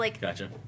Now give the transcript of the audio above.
Gotcha